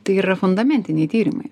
tai yra fundamentiniai tyrimai